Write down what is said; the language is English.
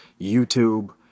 YouTube